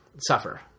suffer